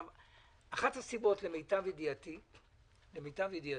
למיטב ידיעתי,